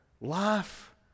life